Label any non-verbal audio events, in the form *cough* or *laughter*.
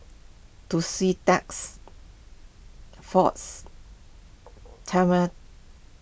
Tussidex force *unintelligible*